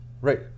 Right